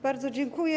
Bardzo dziękuję.